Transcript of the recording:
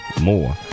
more